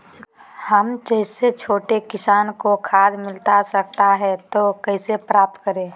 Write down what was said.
हम जैसे छोटे किसान को खाद मिलता सकता है तो कैसे प्राप्त करें?